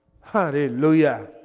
Hallelujah